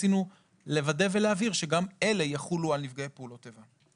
רצינו לוודא ולהבהיר שגם אלה יחולו על נפגעי פעולות איבה.